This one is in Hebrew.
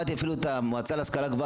אני לא מדברת על האיגוד המקצועי,